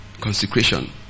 consecration